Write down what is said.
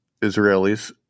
Israelis